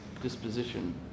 disposition